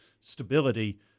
stability